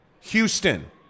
Houston